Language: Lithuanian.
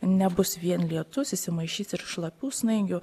nebus vien lietus įsimaišys ir šlapių snaigių